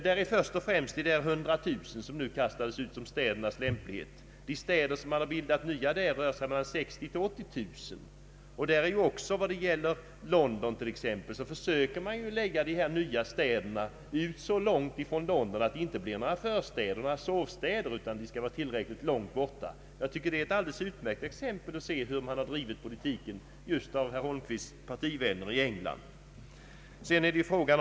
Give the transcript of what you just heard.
Vi har först och främst de där 100 000 invånare som kastades fram som städernas lämpliga storlek. De städer som man nybildat i England har mellan 60 000 och 80 000 invånare. Och vad t.ex. London beträffar försöker man lägga dessa nya städer så långt från London att de inte blir några förstäder eller sovstäder. Jag tycker att det är ett utmärkt exempel för herr Holmqvist att studera hur hans partivänner i England gått till väga.